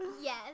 yes